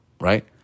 right